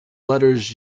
letters